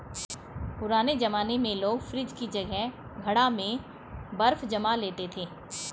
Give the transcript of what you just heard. पुराने जमाने में लोग फ्रिज की जगह घड़ा में बर्फ जमा लेते थे